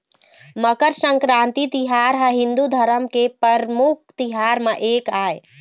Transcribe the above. मकर संकरांति तिहार ह हिंदू धरम के परमुख तिहार म एक आय